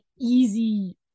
easy